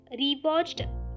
rewatched